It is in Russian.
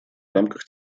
рамках